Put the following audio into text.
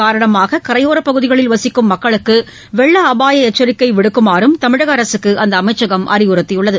காரணமாக கரையோரப் பகுதிகளில் வசிக்கும் மக்குளக்கு வெள்ள அபாய எச்சரிக்கை இகன் விடுக்குமாறும் தமிழக அரசுக்கு அந்த அமைச்சகம் அறிவுறுத்தியுள்ளது